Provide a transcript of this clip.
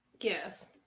yes